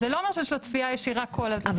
זה לא אומר שיש לו צפייה ישירה כל הזמן.